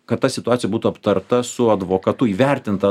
kad ta situacija būtų aptarta su advokatu įvertinta